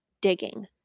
digging